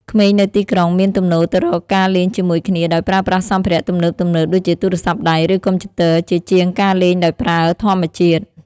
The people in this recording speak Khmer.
ក្មេងនៅទីក្រុងមានទំនោរទៅរកការលេងជាមួយគ្នាដោយប្រើប្រាស់សម្ភារៈទំនើបៗដូចជាទូរស័ព្ទដៃឬកុំព្យូទ័រជាជាងការលេងដោយប្រើធម្មជាតិ។